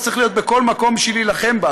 אז צריך להיות בכל מקום בשביל להילחם בה,